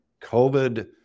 COVID